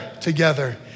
together